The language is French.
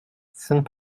saint